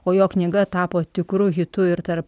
o jo knyga tapo tikru hitu ir tarp